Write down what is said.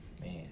Man